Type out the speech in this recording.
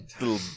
little